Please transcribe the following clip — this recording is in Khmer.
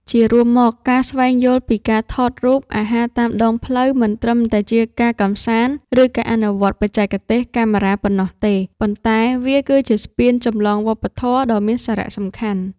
ជារួមមក ការស្វែងយល់ពីការថតរូបអាហារតាមដងផ្លូវ មិនត្រឹមតែជាការកម្សាន្ត ឬការអនុវត្តបច្ចេកទេសកាមេរ៉ាប៉ុណ្ណោះទេ ប៉ុន្តែវាគឺជាស្ពានចម្លងវប្បធម៌ដ៏មានសារៈសំខាន់។